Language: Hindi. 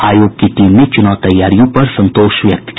आयोग की टीम ने चुनाव तैयारियों पर संतोष व्यक्त किया